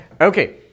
Okay